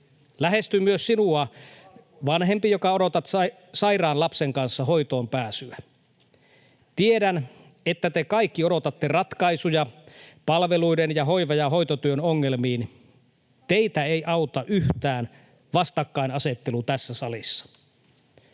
Lähestyn myös sinua, vanhempi, joka odotat sairaan lapsen kanssa hoitoon pääsyä. Tiedän, että te kaikki odotatte ratkaisuja palveluiden ja hoiva- ja hoitotyön ongelmiin. Teitä ei auta yhtään vastakkainasettelu tässä salissa.